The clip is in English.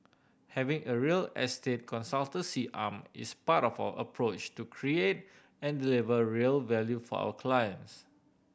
having a real estate consultancy arm is part of our approach to create and deliver real value for our clients